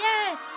Yes